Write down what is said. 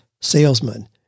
salesman